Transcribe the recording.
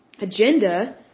agenda